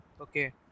Okay